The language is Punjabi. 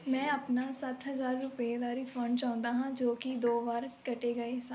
ਮੈਂ ਆਪਣਾ ਸੱਤ ਹਜ਼ਾਰ ਰੁਪਏ ਦਾ ਰਿਫੰਡ ਚਾਹੁੰਦਾ ਹਾਂ ਜੋ ਕੀ ਦੋ ਵਾਰ ਕਟੇ ਗਏ ਸਨ